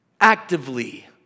actively